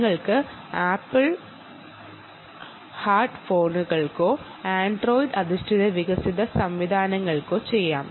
നിങ്ങൾക്ക് Apple hand ഫോണുകളിലോ Android അധിഷ്ഠിത വികസന സംവിധാനങ്ങളിലോ ഇത് ചെയ്യാം